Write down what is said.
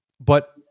but-